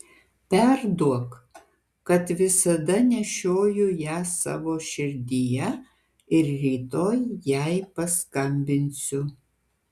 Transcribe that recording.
perduok kad visada nešioju ją savo širdyje ir rytoj jai paskambinsiu